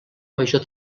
major